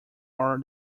are